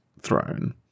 Throne